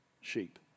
sheep